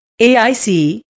AIC